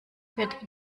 wird